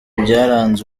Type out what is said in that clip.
byaranze